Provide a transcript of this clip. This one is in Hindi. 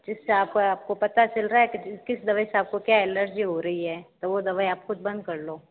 जिससे आपका आपको पता चल रहा है कि किस दवाई से आपको क्या एलर्जी हो रही है तो वो दवाई आप खुद बंद कर लो